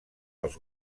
els